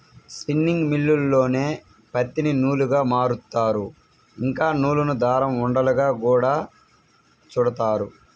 spinning మిల్లుల్లోనే పత్తిని నూలుగా మారుత్తారు, ఇంకా నూలును దారం ఉండలుగా గూడా చుడతారు